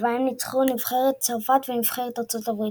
ובהם ניצחו נבחרת צרפת ונבחרת ארצות הברית.